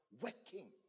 working